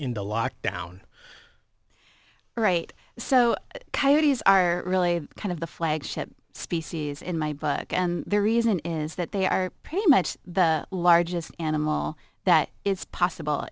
into lockdown right so coyote's are really kind of the flagship species in my book and the reason is that they are pretty much the largest animal that it's possible